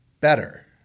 better